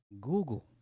Google